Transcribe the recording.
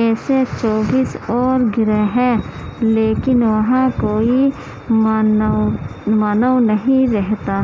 ایسے چوبیس اور گَرہ ہیں لیکن وہاں کوئی مانو مانو نہیں رہتا